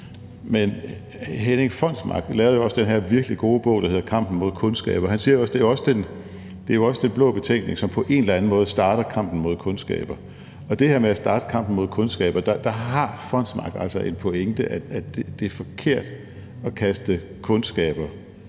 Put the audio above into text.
Men Henning Fonsmark lavede jo også den her virkelig gode bog, der hedder »Kampen mod kundskaber«. Han siger, at det også er »Den Blå Betænkning«, som på en eller anden måde starter kampen mod kundskaber. Og hvad angår det her med at starte kampen mod kundskaber, har Fonsmark altså en pointe, nemlig at det er forkert at kaste kundskaber